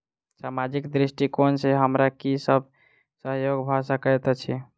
सामाजिक दृष्टिकोण सँ हमरा की सब सहयोग भऽ सकैत अछि?